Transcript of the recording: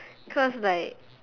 cause like